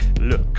look